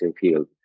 field